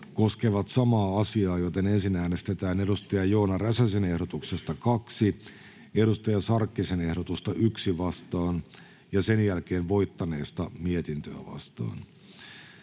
koskevat samaa asiaa, joten ensin äänestetään Hanna Sarkkisen ehdotuksesta 21 Saara Hyrkön ehdotusta 20 vastaan ja sen jälkeen voittaneesta mietintöä vastaan.